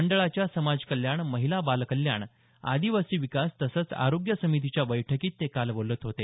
मंडळाच्या समाजकल्याण महिला बालकल्याण आदिवासी विकास तसंच आरोग्य समितीच्या बैठकीत ते काल बोलत होते